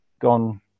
gone